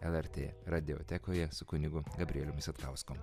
lrt radiotekoje su kunigu gabrielium satkausku